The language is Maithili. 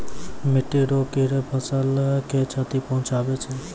मिट्टी रो कीड़े फसल के क्षति पहुंचाबै छै